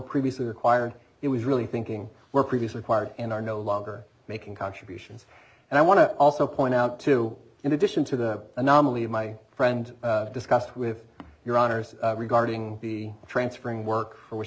previously required it was really thinking were previous required and are no longer making contributions and i want to also point out too in addition to that anomaly my friend discussed with your honor's regarding the transfer in work for